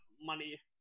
money